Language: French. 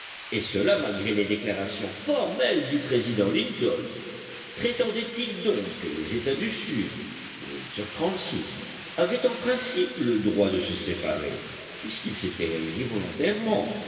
et cela malgré les déclarations formelles du président lincoln prétendait-il donc que les états du sud huit sur trente-six avaient en principe le droit de se séparer puisqu'ils s'étaient réunis volontairement